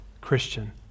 Christian